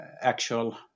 actual